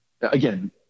again